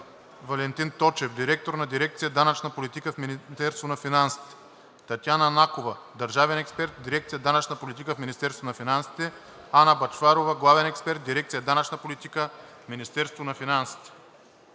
Валентин Точев – директор на дирекция „Данъчна политика“ в Министерството на финансите; Татяна Накова – държавен експерт в дирекция „Данъчна политика“ в Министерството на финансите; Ана Бъчварова – главен експерт в дирекция „Данъчна политика“ в Министерството на финансите.